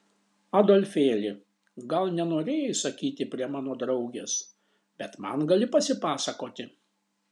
adolfėli gal nenorėjai sakyti prie mano draugės bet man gali pasipasakoti